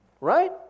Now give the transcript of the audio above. Right